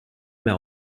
mehr